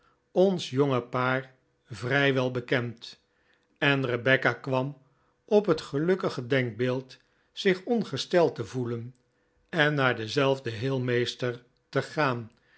ons jonge paar vrijwel bekend en rebecca kwam op het gelukkige denkbeeld zich ongesteld te voelen en naar denzelfden heelmeester te gaan